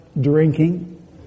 drinking